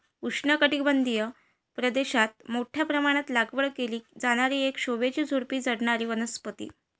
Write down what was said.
उष्णकटिबंधीय प्रदेशात मोठ्या प्रमाणात लागवड केली जाणारी एक शोभेची झुडुपी चढणारी वनस्पती